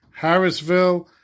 Harrisville